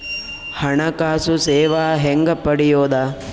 ಹಣಕಾಸು ಸೇವಾ ಹೆಂಗ ಪಡಿಯೊದ?